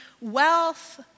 wealth